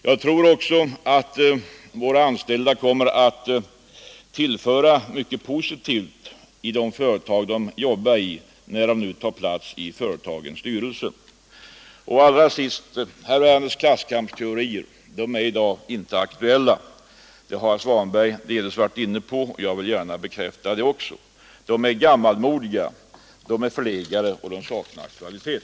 Jag tror också att våra anställda kommer att införa mycket positivt i de företag de jobbar i, när de nu tar plats i företagens styrelser Och allra sist: Herr Werners klasskampsteorier är i dag inte aktuella Det har herr Svanberg delvis varit inne på, och jag vill också bekräfta det De är gammalmodiga och förlegade, och de saknar aktualitet.